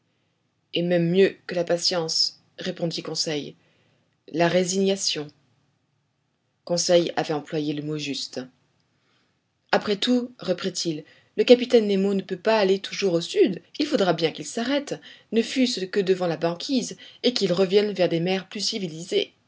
et même mieux que la patience répondit conseil la résignation conseil avait employé le mot juste après tout reprit-il le capitaine nemo ne peut pas aller toujours au sud il faudra bien qu'il s'arrête ne fût-ce que devant la banquise et qu'il revienne vers des mers plus civilisées